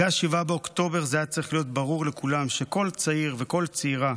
אחרי 7 באוקטובר זה היה צריך להיות ברור לכולם שכל צעיר וכל צעירה